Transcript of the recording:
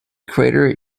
crater